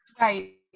Right